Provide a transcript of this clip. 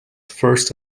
first